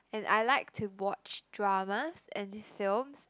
and I like to watch dramas and films